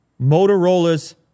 Motorola's